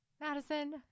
Madison